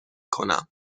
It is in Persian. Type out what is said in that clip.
کنم